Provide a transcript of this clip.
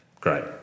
Great